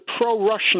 pro-Russian